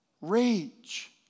Rage